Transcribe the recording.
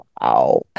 Wow